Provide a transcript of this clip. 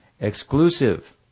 Exclusive